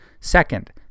Second